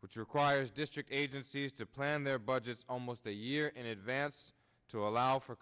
which requires district agencies to plan their budgets almost a year in advance to allow for